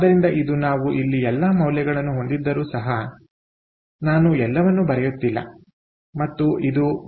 ಆದ್ದರಿಂದ ಇದು ನಾವು ಇಲ್ಲಿ ಎಲ್ಲಾ ಮೌಲ್ಯಗಳನ್ನು ಹೊಂದಿದ್ದರೂ ಸಹ ನಾನು ಎಲ್ಲವನ್ನೂ ಬರೆಯುತ್ತಿಲ್ಲ ಮತ್ತು ಇದು1